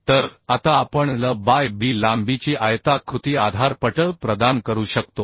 तर आता आपण L बाय B लांबीची आयताकृती आधार पटल प्रदान करू शकतो